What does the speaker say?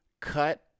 cut